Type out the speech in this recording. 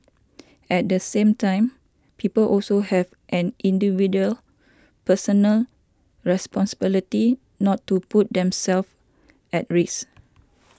at the same time people also have an individual personal responsibility not to put themself at risk